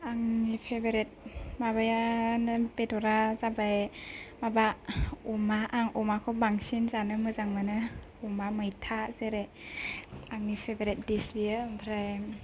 आंनि पेभेरेट माबाया बेद'रा जाबाय माबा अमा आं अमाखौ बांसिन जानो मोजां मोनो अमा मैथा जेरै आंनि पेभेरेट डिस बेयो ओमफ्राय